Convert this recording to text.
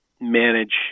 manage